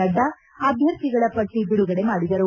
ನಡ್ಡಾ ಅಭ್ಯರ್ಥಿಗಳ ಪಟ್ಟಿ ಬಿಡುಗಡೆ ಮಾಡಿದರು